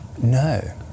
No